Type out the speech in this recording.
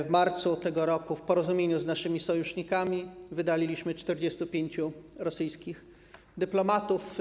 W marcu tego roku w porozumieniu z naszymi sojusznikami wydaliliśmy 45 rosyjskich dyplomatów.